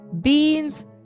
beans